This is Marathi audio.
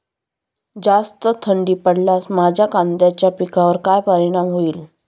जास्त थंडी पडल्यास माझ्या कांद्याच्या पिकावर काय परिणाम होईल?